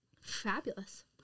Fabulous